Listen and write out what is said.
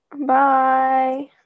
Bye